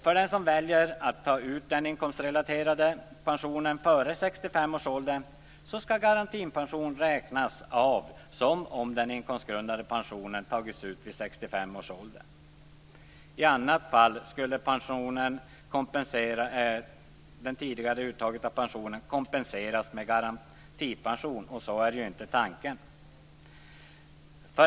För den som väljer att ta ut den inkomstrelaterade pensionen före 65 års ålder skall garantipension räknas av som om den inkomstgrundande pensionen tagits ut vid 65 års ålder. I annat fall skulle det tidigare uttaget av pensionen kompenseras med garantipension, och så är inte tanken.